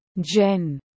Jen